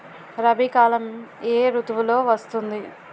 రబీ కాలం ఏ ఋతువులో వస్తుంది?